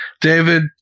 David